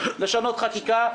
לשנות חקיקה,